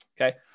okay